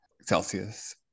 Celsius